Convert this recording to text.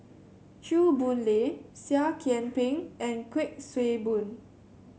Chew Boon Lay Seah Kian Peng and Kuik Swee Boon